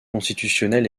constitutionnel